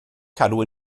cadw